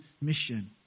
mission